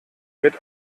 mit